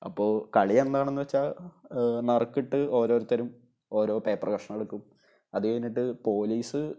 അപ്പോള് കളി എന്താണെന്ന് വെച്ചാല് നറുക്കിട്ട് ഓരോരുത്തരും ഓരോ പേപ്പർ കഷണങ്ങളെടുക്കും അത് കഴിഞ്ഞിട്ട് പോലീസ്